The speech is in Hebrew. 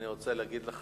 אני רוצה להגיד לך